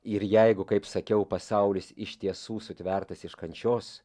ir jeigu kaip sakiau pasaulis iš tiesų sutvertas iš kančios